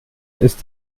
ist